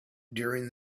during